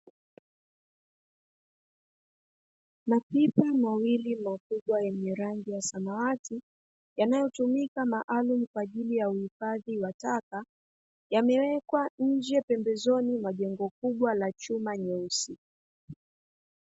Mapipa mawili makubwa yenye rangi ya samawati yanayotumika mahali kwa ajili ya kuhifadhi wa taka, yamewekwa nje pembezoni mwa jengo kubwa la chuma nyeusi.